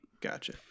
Gotcha